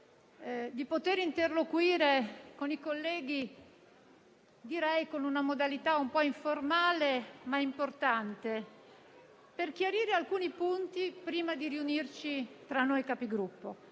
di poter interloquire con i colleghi, con una modalità - direi - un po' informale ma importante, per chiarire alcuni punti prima di riunirci tra noi Capigruppo.